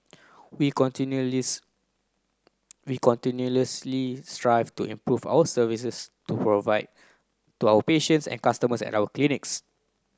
we continuous we continuously strive to improve our services to provide to our patients and customers at our clinics